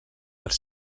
els